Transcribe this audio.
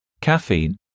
Caffeine